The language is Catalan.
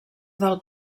del